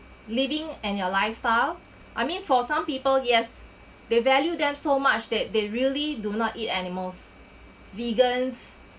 living and your lifestyle I mean for some people yes they value them so much that they really do not eat animals vegans